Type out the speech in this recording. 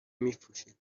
میفروشه